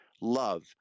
love